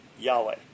Yahweh